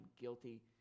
guilty